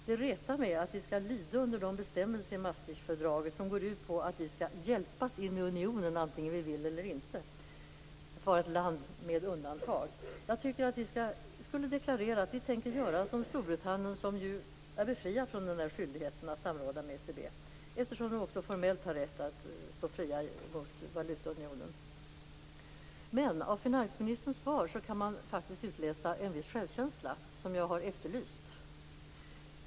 Det retar mig att vi skall lyda under de bestämmelser i Maastrichtfördraget som går ut på att vi skall hjälpas in i unionen, vare sig vi vill eller inte, och vara ett land med undantag. Jag tycker att vi skulle deklarera att vi tänker göra som Storbritannien, som är befriat från skyldigheten att samråda med ECB, eftersom man också formellt har rätt att stå fri gentemot valutaunionen. Av finansministerns svar kan man faktiskt utläsa en viss självkänsla, som jag har efterlyst.